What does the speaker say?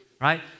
right